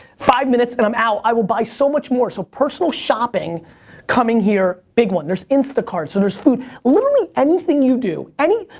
five minutes, and i'm out. i will buy so much more. so, personal shopping coming here, big one. there's instacart, so there's food. literally, anything you do, any,